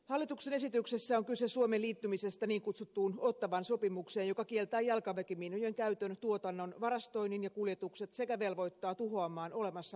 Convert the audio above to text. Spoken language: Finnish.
hallituksen esityksessä on kyse suomen liittymisestä niin kutsuttuun ottawan sopimukseen joka kieltää jalkaväkimiinojen käytön tuotannon varastoinnin ja kuljetukset sekä velvoittaa tuhoamaan olemassa olevat jalkaväkimiinat